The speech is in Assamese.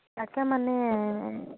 তাকে মানে